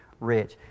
rich